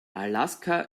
alaska